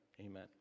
Amen